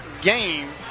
game